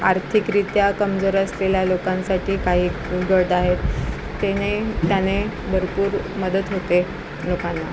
आर्थिकरित्या कमजोर असलेल्या लोकांसाठी काही गर्ड आहेत त्याने त्याने भरपूर मदत होते लोकांना